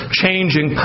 changing